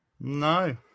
No